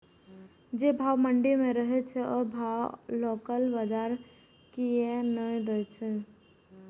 जे भाव मंडी में रहे छै ओ भाव लोकल बजार कीयेक ने दै छै?